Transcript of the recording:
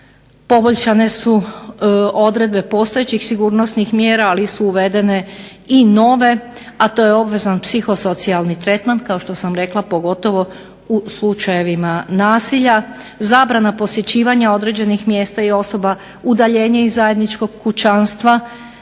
poboljšane su odredbe postojećih sigurnosnih mjera ali su uvedene i nove a to je obvezan psihosocijalni tretman kao što sam rekla pogotovo u slučajevima nasilja. Zabrana posjećivanja određenih mjesta i osoba, udaljenje iz zajedničkog kućanstva,